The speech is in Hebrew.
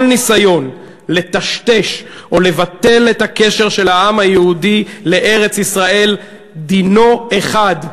כל ניסיון לטשטש או לבטל את הקשר של העם היהודי לארץ-ישראל דינו אחד,